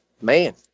man